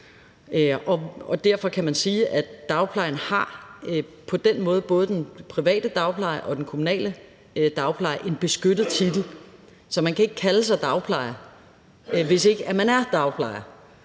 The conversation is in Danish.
Derfor kan man sige, at både den private dagpleje og den kommunale dagpleje på den måde har en beskyttet titel, så man kan ikke kalde sig dagplejer, hvis ikke man er dagplejer,